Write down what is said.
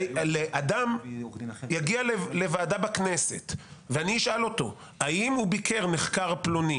אדם יגיע לוועדה בכנסת ואני אשאל אותו האם הוא ביקר נחקר פלוני